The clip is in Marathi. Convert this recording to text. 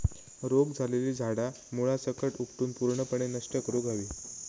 रोग झालेली झाडा मुळासकट उपटून पूर्णपणे नष्ट करुक हवी